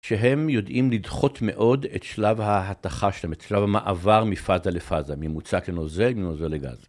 שהם יודעים לדחות מאוד את שלב ההתכה שלהם, את שלב המעבר מפאזה לפאזה, ממוצק לנוזל לנוזל לגז.